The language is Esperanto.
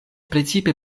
precipe